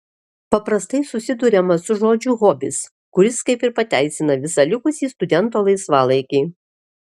paprastai susiduriama su žodžiu hobis kuris kaip ir pateisina visą likusį studento laisvalaikį